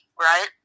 right